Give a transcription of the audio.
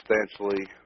substantially